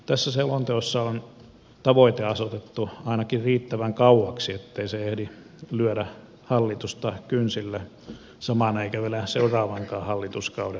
tässä selonteossa on tavoite asetettu ainakin riittävän kauaksi ettei se ehdi lyödä hallitusta kynsille saman eikä vielä seuraavankaan hallituskauden aikana